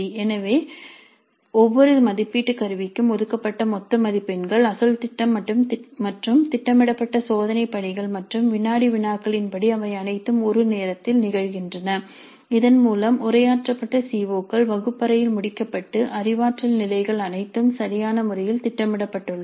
எனவே ஒவ்வொரு மதிப்பீட்டு கருவிக்கும் ஒதுக்கப்பட்ட மொத்த மதிப்பெண்கள் அசல் திட்டம் மற்றும் திட்டமிடப்பட்ட சோதனை பணிகள் மற்றும் வினாடி வினாக்களின்படி அவை அனைத்தும் ஒரு நேரத்தில் நிகழ்கின்றன இதன் மூலம் உரையாற்றப்பட்ட சி ஒ கள் வகுப்பறைகளில் முடிக்கப்பட்டு அறிவாற்றல் நிலைகள் அனைத்தும் சரியான முறையில் திட்டமிடப்பட்டுள்ளன